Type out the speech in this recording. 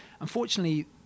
Unfortunately